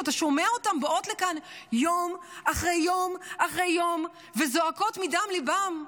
שאתה שומע אותן באות לכאן יום אחרי יום אחרי יום וזועקות מדם ליבן?